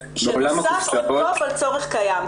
שנוסף on top על צורך קיים.